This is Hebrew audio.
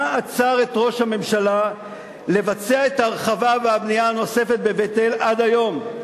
מה עצר את ראש הממשלה מלבצע את ההרחבה והבנייה הנוספת בבית-אל עד היום?